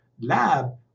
lab